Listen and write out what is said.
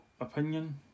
opinion